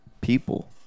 people